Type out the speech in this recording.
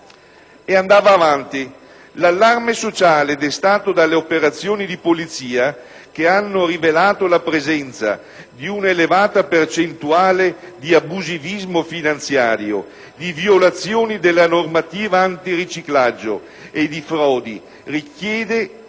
Aggiungeva che l'allarme sociale destato dalle operazioni di Polizia, che hanno rivelato la presenza di un'elevata percentuale di abusivismo finanziario, di violazione della normativa antiriciclaggio e di frodi, richiede